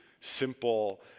simple